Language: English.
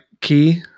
key